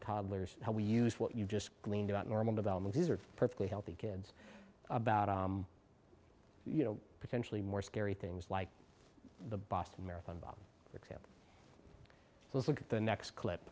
toddlers how we use what you just gleaned about normal development these are perfectly healthy kids about you know potentially more scary things like the boston marathon bombing let's look at the next clip